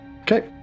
Okay